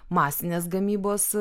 masinės gamybos